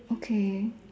okay